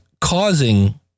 causing